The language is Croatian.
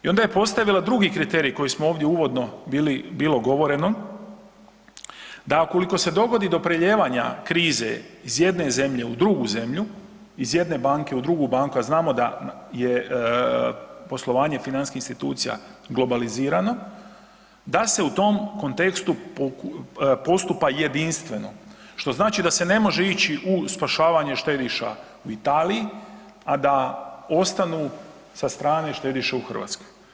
I onda je postavila drugi kriterij o kojem je ovdje uvodno bilo govoreno, da ukoliko se dogodi do prelijevanja krize iz jedne zemlje u drugu zemlju, iz jedne banke u drugu banku, a znamo da je poslovanje financijskih institucija globalizirano, da se u tom kontekstu postupa jedinstveno, što znači da se ne može ići u spašavanje štediša u Italiji, a da ostanu sa strane štediše u Hrvatskoj.